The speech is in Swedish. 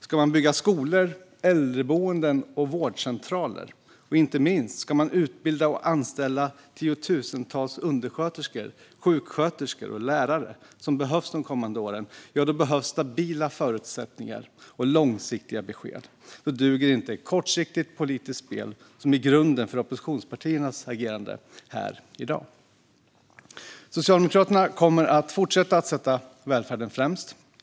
Ska man bygga skolor, äldreboenden och vårdcentraler och inte minst utbilda och anställa de tiotusentals undersköterskor, sjuksköterskor och lärare som behövs de kommande åren behövs stabila förutsättningar och långsiktiga besked. Då duger inte kortsiktigt politiskt spel som är grunden för oppositionspartiernas agerande här i dag. Socialdemokraterna kommer att fortsätta att sätta välfärden främst.